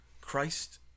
Christ